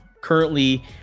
currently